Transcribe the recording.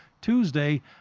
Tuesday